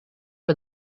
for